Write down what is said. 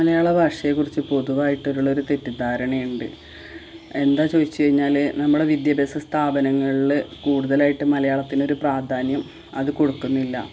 മലയാളഭാഷയെക്കുറിച്ച് പൊതുവായിട്ടുള്ളൊരു തെറ്റിദ്ധാരണയുണ്ട് എന്താ ചോദിച്ച് കഴിഞ്ഞാല് നമ്മുടെ വിദ്യാഭ്യാസ സ്ഥാപനങ്ങളില് കൂടുതലായിട്ട് മലയാളത്തിനൊരു പ്രാധാന്യം അത് കൊടുക്കുന്നില്ല